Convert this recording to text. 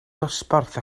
dosbarth